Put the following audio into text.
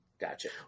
Gotcha